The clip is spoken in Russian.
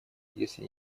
если